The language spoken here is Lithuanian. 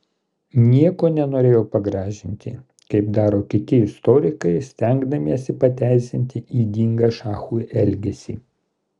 nieko nenorėjau pagražinti kaip daro kiti istorikai stengdamiesi pateisinti ydingą šachų elgesį